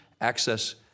access